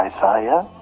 Isaiah